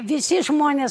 visi žmonės